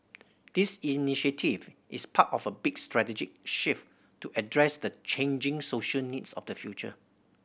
this initiative is part of a big strategic shift to address the changing social needs of the future